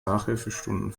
nachhilfestunden